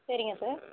சரிங்க சார்